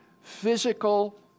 physical